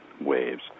waves